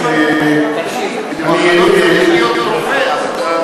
מחלות, צריך להיות רופא.